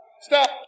stop